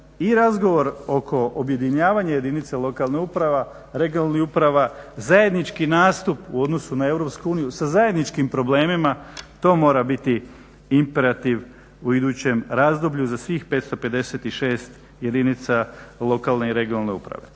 razgovor oko objedinjavanja lokalnih uprava, regionalnih uprava, zajednički nastup u odnosu na EU sa zajedničkim problemima to mora biti imperativ u idućem razdoblju za svih 556 jedinica lokalne i regionalne uprave.